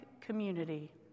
community